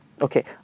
Okay